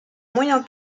moyen